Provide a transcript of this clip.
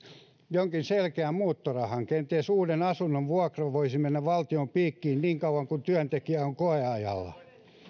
jonkin selkeän muuttorahan kenties uuden asunnon vuokra voisi mennä valtion piikkiin niin kauan kuin työntekijä on koeajalla